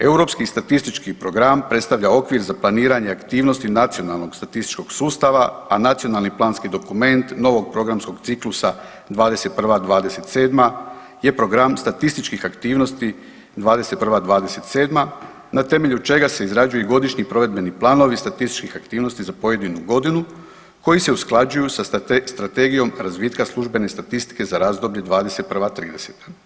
Europski statistički program predstavlja okvir za planiranje aktivnosti nacionalnog statističkog sustava, a nacionalni planski dokument novog programskog ciklusa '21.-'27. je program statističkih aktivnosti '21.-'27. na temelju čega se izrađuju i godišnji provedbeni planovi statističkih aktivnosti za pojedinu godinu koji se usklađuju sa strategijom razvitka službene statistike za razdoblje '21.-'30.